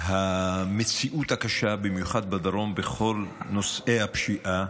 המציאות הקשה, במיוחד בדרום, בכל נושא הפשיעה